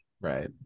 right